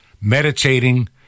meditating